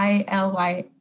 I-L-Y